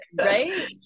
Right